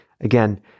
Again